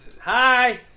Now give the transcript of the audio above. Hi